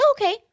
okay